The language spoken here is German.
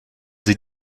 sie